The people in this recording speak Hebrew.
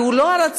כי הוא לא רצה,